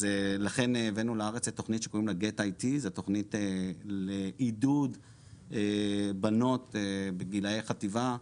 אז לכן הבאנו לארץ את תכנית שקוראים לה GetIT. התכנית היא תכנית עידוד בנות בגילאי חטיבה,